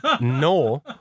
No